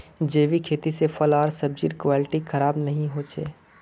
जैविक खेती से फल आर सब्जिर क्वालिटी खराब नहीं हो छे